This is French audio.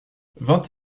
vingt